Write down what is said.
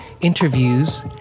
interviews